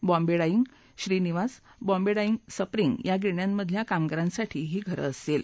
Bombay डाजे Shrinivas Bombay डाशि spring या गिरण्यांमधल्या कामगारांसाठी ही घरे असतील